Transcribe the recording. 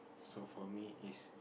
so for me is